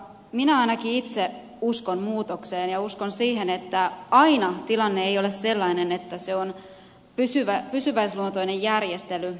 minä ainakin itse uskon muutokseen ja uskon siihen että aina tilanne ei ole sellainen että se on pysyväisluontoinen järjestely